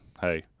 hey